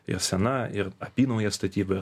ir sena ir apynaujė statyba ir